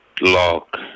lock